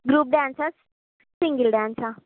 group డాన్సా single డాన్సా